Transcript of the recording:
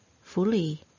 fully